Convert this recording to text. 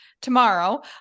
tomorrow